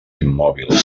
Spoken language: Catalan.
immòbil